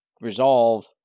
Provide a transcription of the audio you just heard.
Resolve